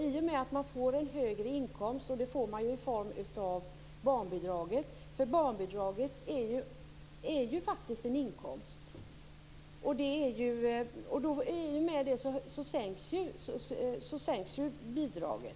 I och med att inkomsten blir högre - så blir det ju genom barnbidraget, som faktiskt är en inkomst - sänks bidraget.